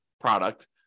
product